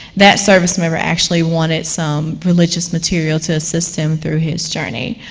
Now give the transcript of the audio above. that service member actually wanted some religious material to assist him through his journey.